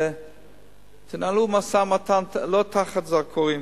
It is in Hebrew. ותנהלו משא-ומתן לא תחת הזרקורים.